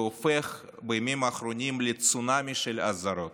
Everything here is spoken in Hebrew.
והופך בימים האחרונים לצונאמי של אזהרות: